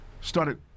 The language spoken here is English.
started